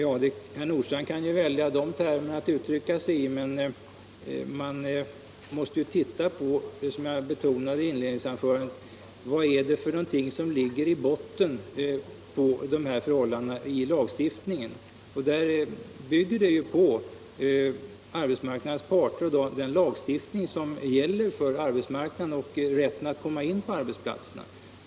Herr Nordstrandh kan ju välja de termerna att uttrycka sig i, men vi måste titta på det som jag betonade i inledningsanförandet: Vad är det som ligger i botten? Man bygger på arbetsmarknadens parter och den lagstiftning som gäller för arbetsmarknaden och rätten att komma in på arbetsplatserna.